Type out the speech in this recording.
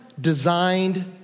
designed